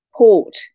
port